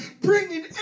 bringing